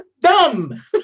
dumb